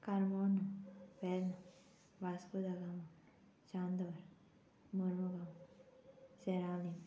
Carmona Verna Vasco da Gama Chandor Mormugao Seraulim